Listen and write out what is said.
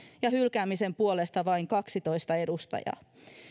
ja hylkäämisen puolesta vain kaksitoista edustajaa